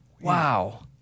Wow